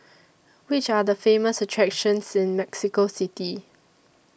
Which Are The Famous attractions in Mexico City